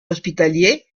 hospitalier